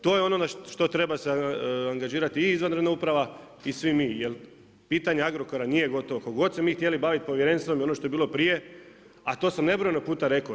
To je ono na što treba se angažirati i izvanredna uprava i svi mi, jer pitanje Agrokora nije gotovo koliko god se mi htjeli baviti Povjerenstvom i ono što je bilo prije, a to sam nebrojeno puta rekao.